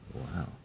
Wow